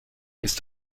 ist